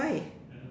why